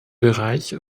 bereich